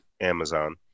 Amazon